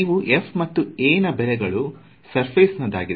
ಇವು f ಮತ್ತು A ನಾ ಬೆಲೆಗಳು ಸರ್ಫೆಸ್ ನ ದಾಗಿದೆ